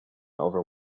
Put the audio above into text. over